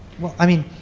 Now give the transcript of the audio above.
well, i mean,